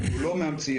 אנחנו לא מאמצים.